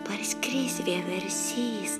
parskris vieversys